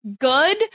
good